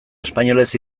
espainolez